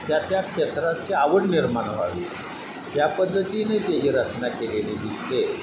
त्या त्या क्षेत्राची आवड निर्माण व्हावी या पद्धतीने त्याची रचना केलेली दिसते